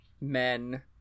men